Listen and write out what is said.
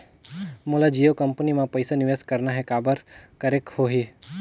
मोला जियो कंपनी मां पइसा निवेश करना हे, काबर करेके होही?